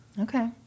Okay